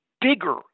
bigger